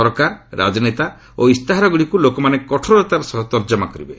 ସରକାର ରାକନେତା ଓ ଇସ୍ତାହାରଗୁଡ଼ିକୁ ଲୋକମାନେ କଠୋରତାର ସହ ତର୍ଜମା କରିବେ